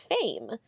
Fame